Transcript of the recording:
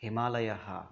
हिमालयः